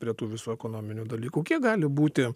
prie tų visų ekonominių dalykų kiek gali būti